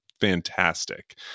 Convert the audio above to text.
fantastic